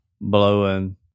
blowing